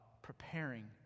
preparing